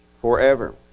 forever